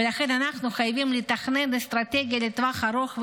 ולכן אנחנו חייבים לתכנן אסטרטגיה לטווח ארוך,